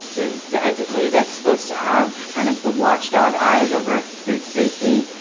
is the entity that's supposed to have, kind of, the watchdog eyes over food safety,